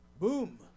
Boom